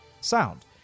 sound